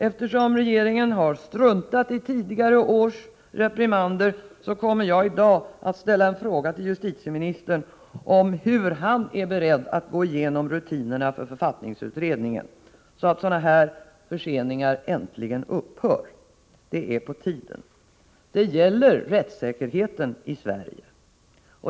Eftersom regeringen har struntat i tidigare års reprimander kommer jag i dag att ställa en fråga till justitieministern om hur han är beredd att gå igenom rutinerna för författningsutgivningen, så att sådana här otillfredsställande förseningar äntligen upphör. Det är på tiden, för det gäller rättssäkerheten i Sverige.